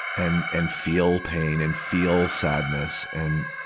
and, and feel pain and feel sadness and,